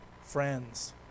friends